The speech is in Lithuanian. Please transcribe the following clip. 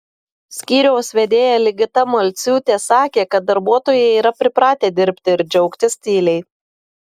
skyriaus vedėja ligita malciūtė sakė kad darbuotojai yra pripratę dirbti ir džiaugtis tyliai